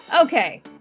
Okay